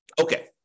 Okay